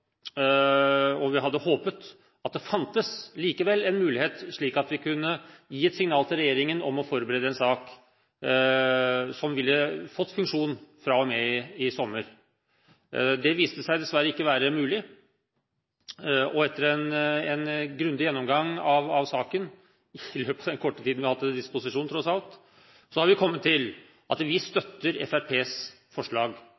beslutningsgrunnlag. Vi hadde håpet at det likevel fantes en mulighet til å gi et signal til regjeringen om å forberede en sak, slik at vedtaket kunne tre i kraft i sommer. Det viste seg dessverre ikke å være mulig. Etter en grundig gjennomgang av saken – i løpet av den korte tiden vi har hatt til disposisjon, tross alt – har vi kommet til at vi støtter Fremskrittspartiets forslag